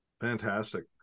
Fantastic